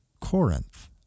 Corinth